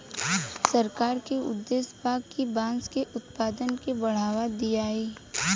सरकार के उद्देश्य बा कि बांस के उत्पाद के बढ़ावा दियाव